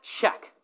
check